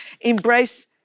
embrace